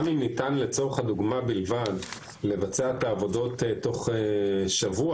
גם אם ניתן לצורך הדוגמה בלבד לבצע את העבודות תוך שבוע,